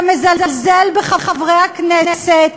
אתה מזלזל בחברי הכנסת,